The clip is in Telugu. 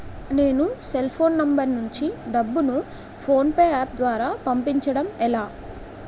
నేను సెల్ ఫోన్ నంబర్ నుంచి డబ్బును ను ఫోన్పే అప్ ద్వారా పంపించడం ఎలా?